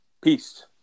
Peace